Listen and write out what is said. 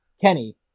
Kenny